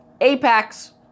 Apex